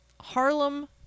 Harlem